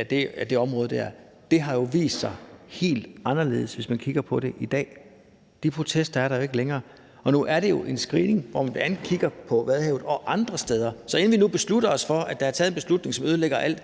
af det område, men det har jo vist sig at blive helt anderledes, hvis man kigger på det i dag. De protester er der jo ikke længere. Og nu er der jo tale om en screening, hvor man bl.a. kigger på Vadehavet, men også på andre steder. Så inden vi nu beslutter os for, at der er taget en beslutning, som ødelægger alt,